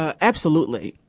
absolutely.